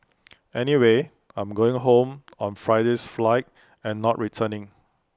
anyway I'm going home on Friday's flight and not returning